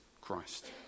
Christ